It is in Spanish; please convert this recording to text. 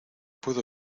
puedo